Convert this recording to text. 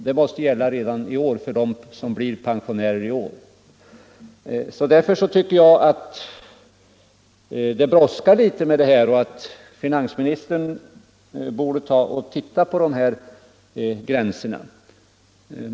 Därför brådskar det litet med en ändring, och jag tycker att finansministern borde se över gränserna.